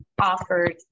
offered